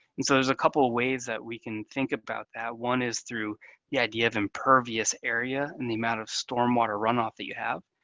and so there's a couple ways that we can think about that. one is through the idea of impervious area and the amount of stormwater runoff that you have.